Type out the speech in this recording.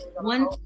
one